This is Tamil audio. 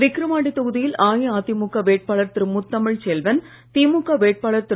விக்கிரவாண்டி தொகுதியில் அஇஅதிமுக வேட்பாளர் திரு முத்தமிழ்ச் செல்வன் திமுக வேட்பாளர் திரு